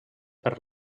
per